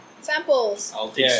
Samples